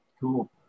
cool